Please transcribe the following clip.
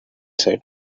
said